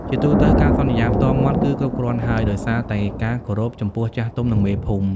ជាទូទៅ ការសន្យាផ្ទាល់មាត់គឺគ្រប់គ្រាន់ហើយ ដោយសារតែការគោរពចំពោះចាស់ទុំ និងមេភូមិ។